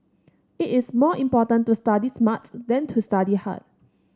it is more important to study smart than to study hard